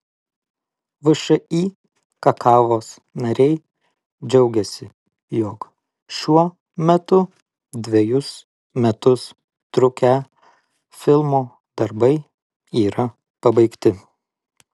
všį kakavos nariai džiaugiasi jog šiuo metu dvejus metus trukę filmo darbai yra pabaigti